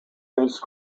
fenced